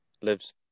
lives